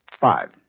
Five